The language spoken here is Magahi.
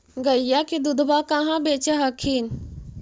गईया के दूधबा कहा बेच हखिन?